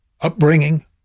upbringing